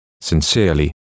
sincerely